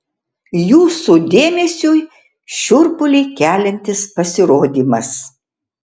jūsų dėmesiui šiurpulį keliantis pasirodymas